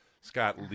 Scott